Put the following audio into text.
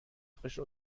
frische